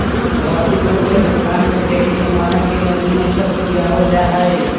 भौतिक रूप से भुगतान में देरी के मानक के जमीनी स्तर से गिरावल जा हई